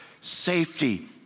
safety